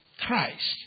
Christ